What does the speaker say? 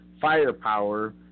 firepower